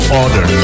order